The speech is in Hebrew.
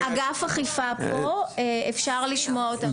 אגף אכיפה פה, בואו נשמע אותם.